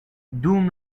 dum